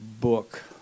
book